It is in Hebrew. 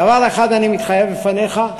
דבר אחד אני מתחייב בפניך: